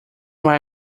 vai